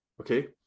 Okay